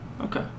okay